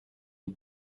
une